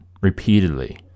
repeatedly